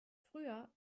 früher